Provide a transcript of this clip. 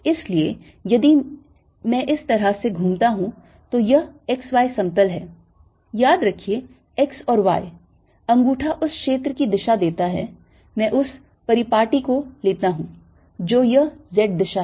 इसलिए यदि मैं इस तरह से घूमता हूं तो यह x y समतल है याद रखिए x और y अंगूठा उस क्षेत्र की दिशा देता है मैं उस परिपाटी को लेता हूं तो यह z दिशा है